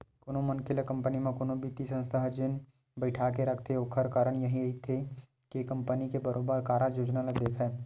कोनो मनखे ल कंपनी म कोनो बित्तीय संस्था ह जेन बइठाके रखथे ओखर कारन यहीं रहिथे के कंपनी के बरोबर कारज योजना ल देखय